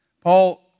Paul